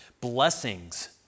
blessings